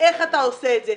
איך אתה עושה את זה,